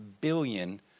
billion